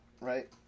right